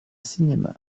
cinéma